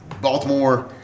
Baltimore